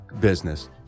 business